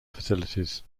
facilities